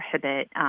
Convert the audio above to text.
prohibit